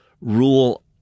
rule